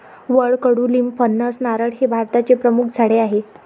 वड, कडुलिंब, फणस, नारळ हे भारताचे प्रमुख झाडे आहे